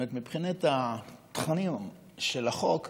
מבחינת התכנים של החוק,